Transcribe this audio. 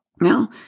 Now